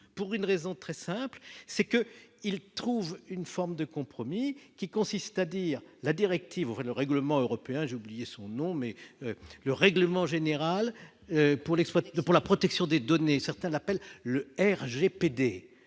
pour une raison très simple, c'est que, il trouve une forme de compromis qui consiste à dire la directive le règlement européen, j'ai oublié son nom mais le règlement général pour l'exploitation pour la protection des données, certains l'appellent le RGPD,